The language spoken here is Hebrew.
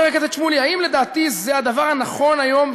חבר הכנסת שמולי: האם לדעתי זה הדבר הנכון היום,